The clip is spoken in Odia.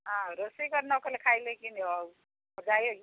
ହଁ ରୋଷେଇ କରି ନକଲେ ଖାଇଲେ କେମିତି ଆଉ ଯାଇ